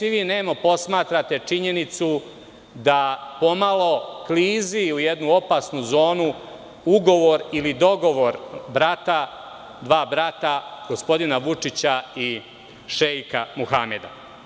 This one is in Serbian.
Svi vi nemo posmatrate činjenicu da pomalo klizi u jednu opasnu zonu ugovor ili dogovor dva brata – gospodina Vučića i šeika Muhameda.